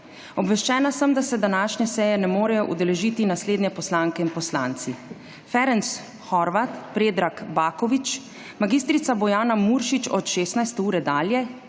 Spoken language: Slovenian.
Obveščena sem, da se današnje seje ne morejo udeležiti naslednje poslanke in poslanci: Ferenc Horváth, Predrag Baković, mag. Bojana Muršič od 16. ure dalje,